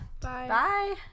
Bye